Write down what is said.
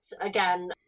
again